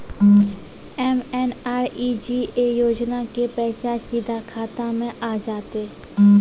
MNREGA योजना के पैसा सीधा खाता मे आ जाते?